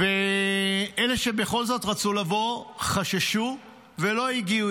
ואלה שבכל זאת רצו לבוא חששו ולא הגיעו.